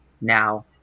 now